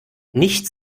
nicht